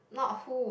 not who